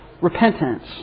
repentance